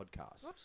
podcasts